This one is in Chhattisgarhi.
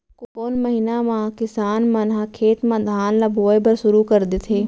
कोन महीना मा किसान मन ह खेत म धान ला बोये बर शुरू कर देथे?